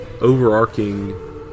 overarching